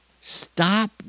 Stop